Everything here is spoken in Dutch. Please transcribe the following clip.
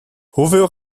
hoeveel